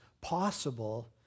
possible